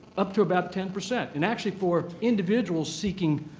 up to about ten percent. and actually for individuals seeking